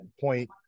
point